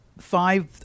five